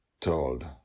Told